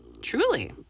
truly